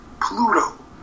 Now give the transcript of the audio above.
Pluto